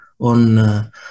on